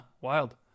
Wild